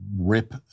rip